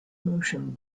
motion